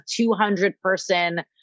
200-person